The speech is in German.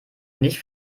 nicht